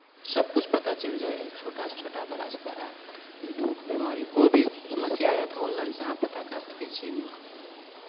सभकिछु पता चलि जाइए छोटासँ छोटा बड़ासँ बड़ा दुःख बिमारी कोइ भी समस्या यए तऽ ऑनलाइनसँ अहाँ पता कए सकै छियै मिल